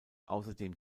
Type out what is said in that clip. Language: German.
ausserdem